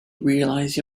realize